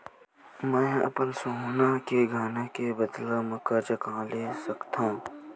मेंहा अपन सोनहा के गहना के बदला मा कर्जा कहाँ ले सकथव?